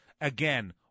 Again